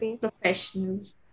professionals